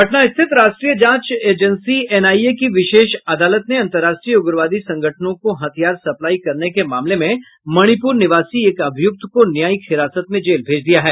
पटना स्थित राष्ट्रीय जांच एजेंसी एनआईए की विशेष अदालत ने अंतर्राष्ट्रीय उग्रवादी संगठनों को हथियार सप्लाई करने के मामले में मणिपूर निवासी एक अभियुक्त को न्यायिक हिरासत में जेल भेज दिया है